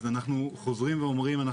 אנחנו חוזרים ואומרים,